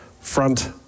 front